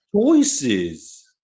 choices